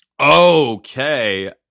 Okay